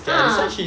ah